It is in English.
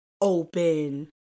open